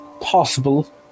possible